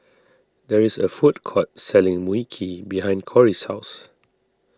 there is a food court selling Mui Kee behind Cori's house